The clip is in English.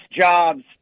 jobs